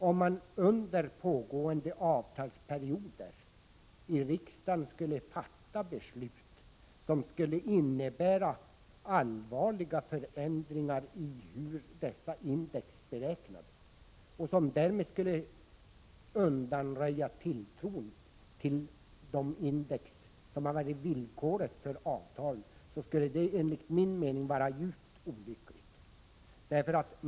Om man under pågående avtalsperiod i riksdagen skulle fatta beslut, som skulle innebära allvarliga förändringar av hur dessa index beräknas och därmed undanröjde tilltron till de index som finns med i villkoren för avtalen, skulle detta enligt min mening vara djupt olyckligt.